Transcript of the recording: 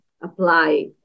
apply